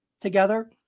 together